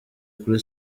kuri